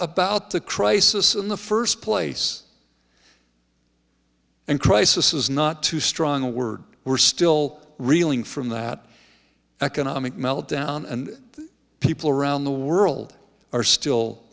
about the crisis in the first place and crisis is not too strong a word we're still reeling from that economic meltdown and the people around the world are still